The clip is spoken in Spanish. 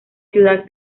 ciudad